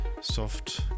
soft